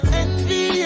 envy